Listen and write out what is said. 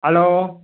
hello